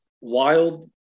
wild